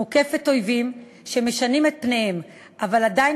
מוקפת אויבים שמשנים את פניהם אבל עדיין